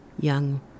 young